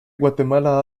guatemala